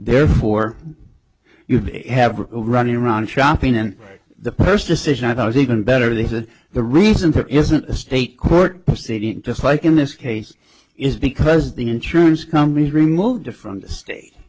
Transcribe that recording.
therefore you have running around shopping in the first decision i thought was even better they said the reason for isn't the state court proceeding just like in this case is because the insurance companies removed a from the state